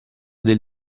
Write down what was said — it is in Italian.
del